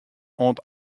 oant